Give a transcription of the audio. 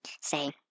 say